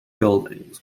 buildings